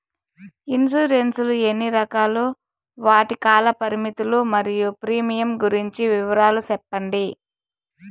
Insurance లు ఎన్ని రకాలు? వాటి కాల పరిమితులు మరియు ప్రీమియం గురించి వివరాలు సెప్పండి?